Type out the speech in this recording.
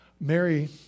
Mary